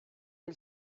nel